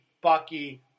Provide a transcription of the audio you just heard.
Bucky